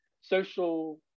social